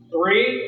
Three